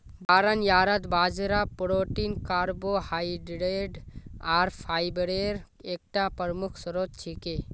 barnyard बाजरा protein carbohydrate आर fibre एकता प्रमुख स्रोत छिके